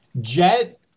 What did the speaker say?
Jet